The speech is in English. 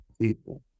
people